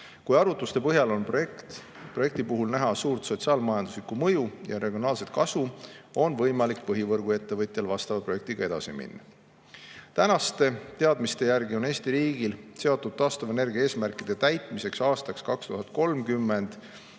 Kui arvutuste põhjal on projekti puhul näha suurt sotsiaal-majanduslikku mõju ja regionaalset kasu, on võimalik põhivõrguettevõtjal vastava projektiga edasi minna. Tänaste teadmiste järgi on Eesti riigil seatud taastuvenergia eesmärkide täitmiseks aastaks 2030